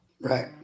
Right